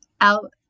out